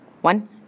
one